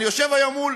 אני יושב היום מול